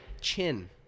chin